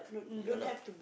ya lah